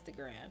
Instagram